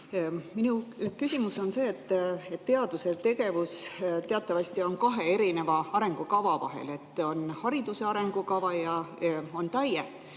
Minu küsimus on see, et teadustegevus teatavasti on kahe erineva arengukava vahel, on hariduse arengukava ja on TAIE.